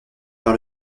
par